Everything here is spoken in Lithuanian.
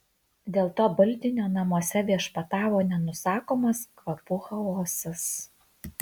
dėl to baldinio namuose viešpatavo nenusakomas kvapų chaosas